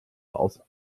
aus